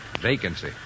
Vacancy